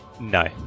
No